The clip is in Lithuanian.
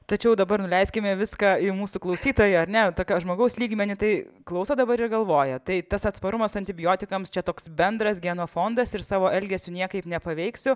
tačiau dabar nuleiskime viską į mūsų klausytoją ar ne tokio žmogaus lygmenį tai klauso dabar ir galvoja tai tas atsparumas antibiotikams čia toks bendras genofondas ir savo elgesiu niekaip nepaveiksiu